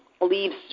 leaves